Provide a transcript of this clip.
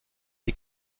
des